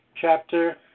chapter